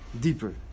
Deeper